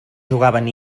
jugaven